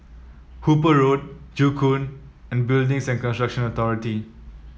Hooper Road Joo Koon and Building Construction Authority